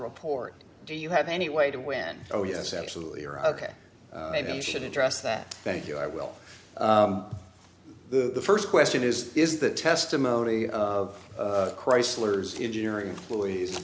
report do you have any way to when oh yes absolutely are ok maybe you should address that thank you i will the first question is is the testimony of chrysler's engineering employees